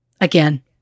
Again